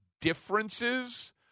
differences